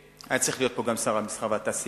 והיה צריך להיות פה גם שר המסחר והתעשייה,